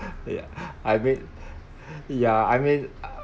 ya I mean ya I mean